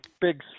big